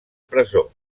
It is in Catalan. presó